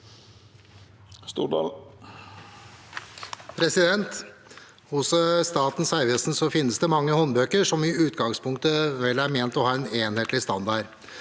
«Hos Statens vegvesen finnes det mange håndbøker som i utgangs punktet vel er ment å ha en enhetlig standard.